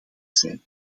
zijn